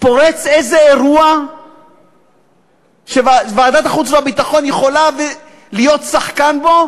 פורץ איזה אירוע שוועדת החוץ והביטחון יכולה להיות שחקן בו,